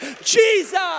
Jesus